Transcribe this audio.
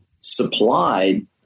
supplied